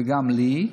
וגם לי,